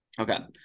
Okay